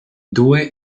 due